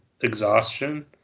exhaustion